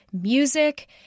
music